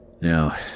Now